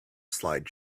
slide